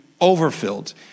overfilled